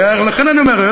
ולכן אני אומר,